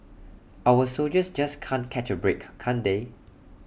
our soldiers just can't catch A break can't they